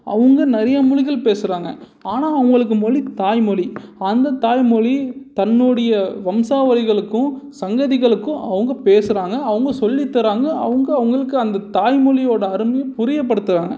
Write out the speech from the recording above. அவங்க நிறையா மொழிகள் பேசுகிறாங்க ஆனால் அவங்களுக்கு மொழி தாய்மொழி அந்த தாய்மொழி தன்னுடைய வம்சா வழிகளுக்கும் சங்கதிகளுக்கும் அவங்க பேசுகிறாங்க அவங்க சொல்லி தர்கிறாங்க அவங்க அவங்களுக்கு அந்த தாய்மொழியோடய அருமை புரியப்படுத்துகிறாங்க